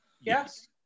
Yes